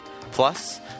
Plus